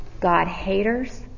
God-haters